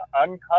uncut